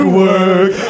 work